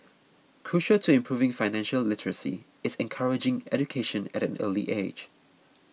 crucial to improving financial literacy is encouraging education at an early age